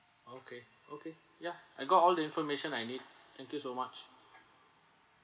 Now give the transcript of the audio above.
okay okay ya I got all the information I need thank you so much